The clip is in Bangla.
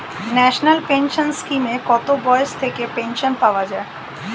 ন্যাশনাল পেনশন স্কিমে কত বয়স থেকে পেনশন পাওয়া যায়?